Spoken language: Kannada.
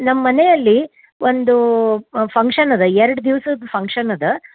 ನಮ್ಮ ಮನೆಯಲ್ಲಿ ಒಂದು ಫಂಕ್ಷನ್ ಅದ ಎರಡು ದಿವ್ಸದ್ದು ಫಂಕ್ಷನ್ ಅದ